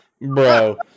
bro